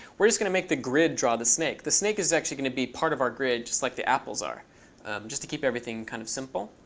we're just going to make the grid draw the snake. the snake is actually going to be part of our grid just like the apples are just to keep everything kind of simple.